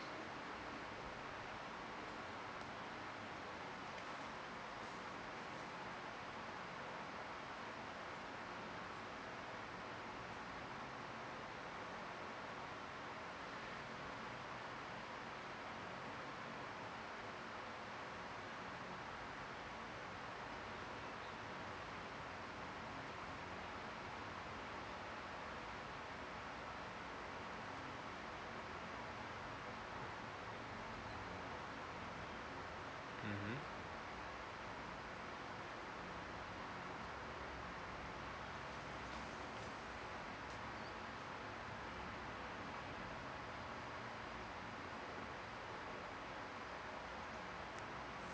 mmhmm